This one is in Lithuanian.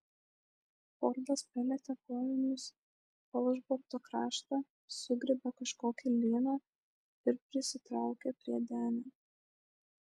fordas palietė kojomis falšborto kraštą sugriebė kažkokį lyną ir prisitraukė prie denio